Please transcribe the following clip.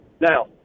Now